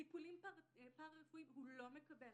טיפולים פרה-רפואיים הוא לא מקבל.